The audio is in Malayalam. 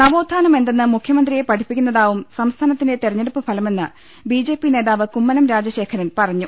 നവോത്ഥാനം എന്തെന്ന് മുഖ്യമന്ത്രിയെ പഠിപ്പിക്കുന്നതാവും സംസ്ഥാനത്തെ തെരഞ്ഞെടുപ്പ് ഫലമെന്ന് ബിജെപി നേതാവ് കുമ്മനം രാജശേഖരൻ പറഞ്ഞു